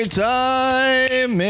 time